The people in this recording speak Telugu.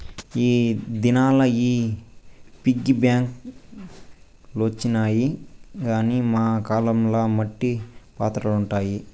ఈ దినాల్ల ఈ పిగ్గీ బాంక్ లొచ్చినాయి గానీ మా కాలం ల మట్టి పాత్రలుండాయి